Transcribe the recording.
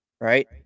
right